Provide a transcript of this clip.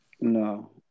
no